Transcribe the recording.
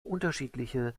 unterschiedliche